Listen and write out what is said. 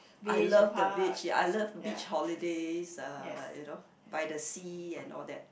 I love the beach ya I love beach holidays uh you know by the sea and all that